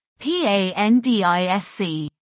PANDISC